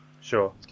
Sure